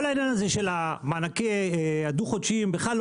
כל העניין הזה של המענקים הדו-חודשיים בכלל לא